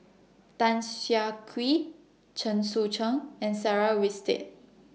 Tan Siah Kwee Chen Sucheng and Sarah Winstedt